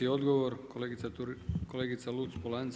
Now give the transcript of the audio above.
Odgovor kolegica Luc-Polanc.